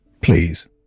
please